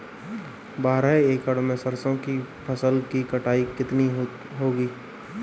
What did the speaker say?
बारह एकड़ में सरसों की फसल की कटाई कितनी होगी?